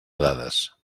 dades